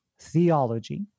theology